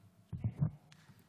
תודה, אדוני היושב-ראש.